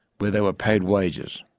where they were paid wages.